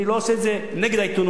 אני לא עושה את זה נגד העיתונות.